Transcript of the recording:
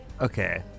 Okay